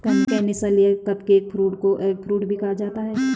canistel या cupcake fruit को eggfruit भी कहा जाता है